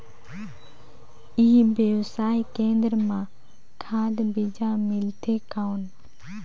ई व्यवसाय केंद्र मां खाद बीजा मिलथे कौन?